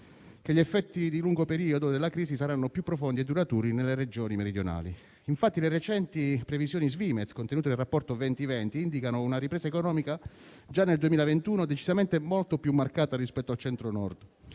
che gli effetti di lungo periodo della crisi saranno più profondi e duraturi nelle Regioni meridionali. Infatti le recenti previsioni Svimez, contenute nel rapporto 2020, indicano una ripresa economica, già nel 2021, decisamente molto più marcata al Centro-Nord.